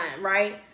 right